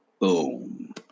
Boom